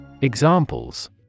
Examples